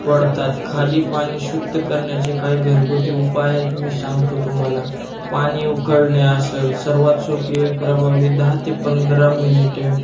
पडतात खाली पाणी शुद्ध करण्याचे काय घरगुती उपाय आहेत मी सांगतो तुम्हाला पाणी उकळणे असेल सर्वात सोपी एक प्रभावी दहा ते पंधरा मिनिटे